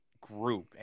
group